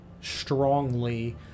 Strongly